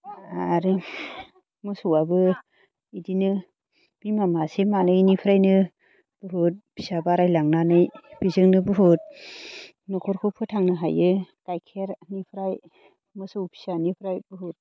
आरो मोसौआबो इदिनो बिमा मासे मानैनिफ्रायनो बुहुद फिसा बारायलांनानै बिजोंनो बुहुद न'खरखौ फोथांनो हायो गाइखेरनिफ्राय मोसौ फिसानिफ्राय बुहुद